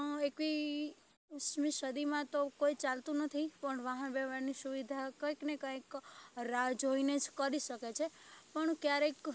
એકસમી સદીમાં તો કોઈ ચાલતું નથી પણ વાહન વ્યવહારની સુવિધા કંઇકને કંઇક રાહ જોઈને જ કરી શકે છે પણ ક્યારેક